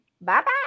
bye-bye